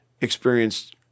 experienced